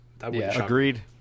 Agreed